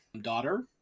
Daughter